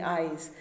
eyes